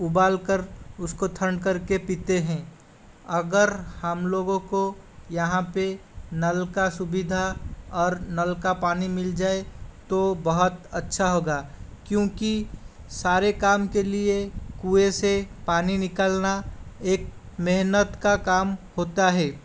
उबाल कर उसको ठंड करके पीते हैं अगर हम लोगों को यहाँ पे नल का सुविधा और नल का पानी मिल जाए तो बहुत अच्छा होगा क्योंकि सारे काम के लिए कुएँ से पानी निकालना एक मेहनत का काम होता है